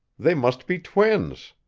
they must be twins.